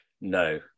No